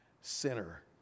sinner